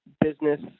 business